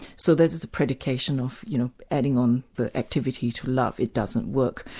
so there's a predication of you know adding on the activity to love, it doesn't work.